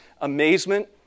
amazement